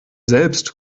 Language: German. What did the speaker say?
selbst